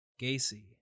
Gacy